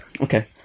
Okay